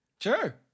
sure